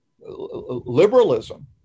liberalism